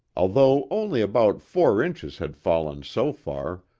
although only about four inches had fallen so far,